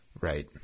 Right